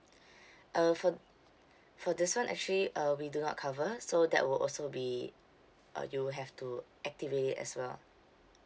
uh for for this one actually uh we do not cover so that will also be uh you'll have to activate it as well